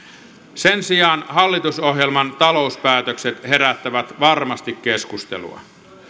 sen sijaan hallitusohjelman talouspäätökset herättävät varmasti keskustelua